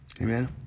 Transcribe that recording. Amen